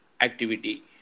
activity